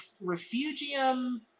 refugium